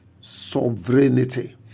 sovereignty